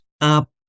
up